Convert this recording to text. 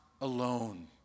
alone